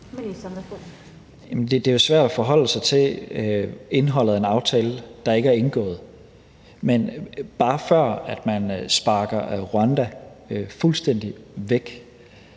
Det er jo svært at forholde sig til indholdet af en aftale, der ikke er indgået. Men før man sparker Rwanda fuldstændig væk